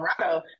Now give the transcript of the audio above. Colorado